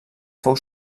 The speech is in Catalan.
fou